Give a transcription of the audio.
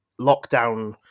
lockdown